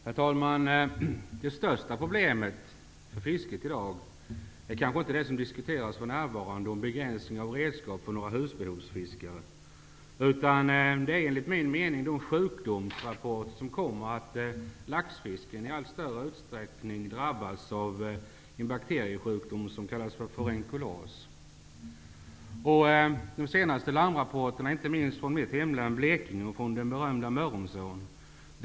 Herr talman! Det största problemet för fisket i dag är kanske inte det som diskuteras för närvarande om begränsning av användning av redskap för några husbehovsfiskare. Det största problemet framkommer enligt min mening i de sjukdomsrapporter om att laxen i allt större utsträckning drabbas av bakteriesjukdomen furenkulos. Inte minst från mitt hemlän Blekinge och från den berömda Mörrumsån kommer larmrapporter.